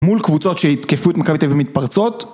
מול קבוצות שיתקפו את מכבי תל אביב מתפרצות